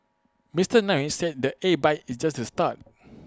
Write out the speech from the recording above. Mister Nair said the A bike is just the start